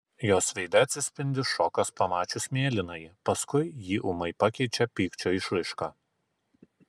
jos veide atsispindi šokas pamačius mėlynąjį paskui jį ūmai pakeičia pykčio išraiška